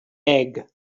egg